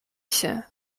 się